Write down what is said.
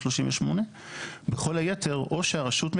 בכל היתר או שהרשות,